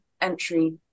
entry